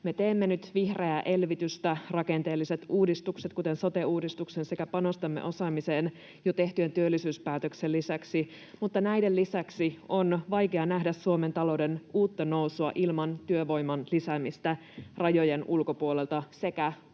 Me teemme nyt vihreää elvytystä, rakenteelliset uudistukset, kuten sote-uudistuksen, sekä panostamme osaamiseen jo tehtyjen työllisyyspäätösten lisäksi, mutta näiden lisäksi on vaikea nähdä Suomen talouden uutta nousua ilman työvoiman lisäämistä rajojen ulkopuolelta sekä työvoiman